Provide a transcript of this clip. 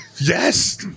yes